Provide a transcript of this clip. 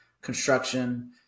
construction